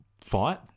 fight